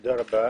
תודה רבה.